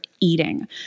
eating